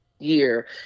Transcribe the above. year